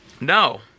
No